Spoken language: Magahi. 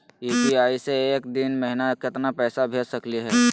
यू.पी.आई स एक दिनो महिना केतना पैसा भेज सकली हे?